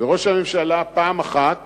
וראש הממשלה פעם אחת